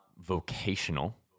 vocational